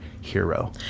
hero